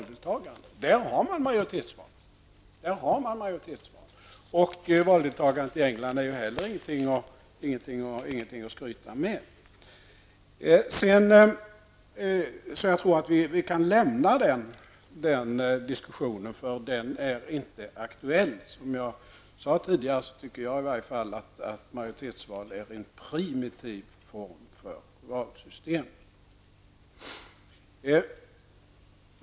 Där har man majoritetsval. Valdeltagandet i England är heller ingenting att skryta med. Jag tror att vi kan lämna den diskussionen, för den är inte aktuell. Som jag sade tidigare tycker i varje fall jag att majoritetsval är en primitiv form för valsystem.